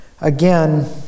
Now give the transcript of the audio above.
again